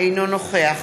אינו נוכח